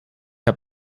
hab